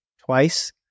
twice